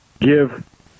give